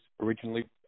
originally –